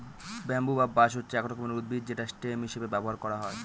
bamboo বা বাঁশ হচ্ছে এক রকমের উদ্ভিদ যেটা স্টেম হিসেবে ব্যবহার করা হয়